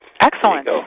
Excellent